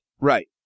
Right